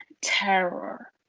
terror